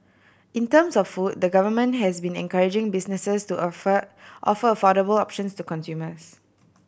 in terms of food the Government has been encouraging businesses to offer offer affordable options to consumers